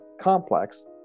complex